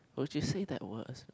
would you say that word